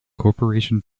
corporation